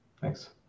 Thanks